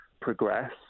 progress